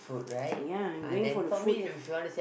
ya I'm going for the food